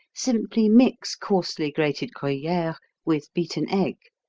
simply mix coarsely grated gruyere with beaten egg,